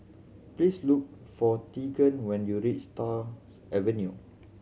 please look for Tegan when you reach Stars Avenue